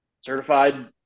certified